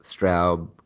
Straub